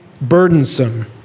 burdensome